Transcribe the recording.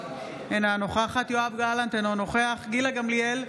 אינה נוכחת יואב גלנט, אינו נוכח גילה גמליאל,